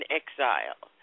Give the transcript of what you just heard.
exile